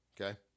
okay